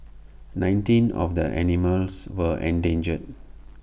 nineteen of the animals were endangered